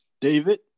David